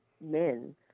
men